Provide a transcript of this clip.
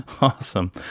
Awesome